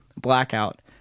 blackout